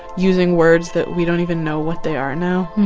using words that we don't even know what they are now